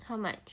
how much